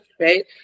right